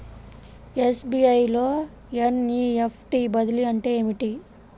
SBI లో NEFT బదిలీ అంటే ఏమిటి?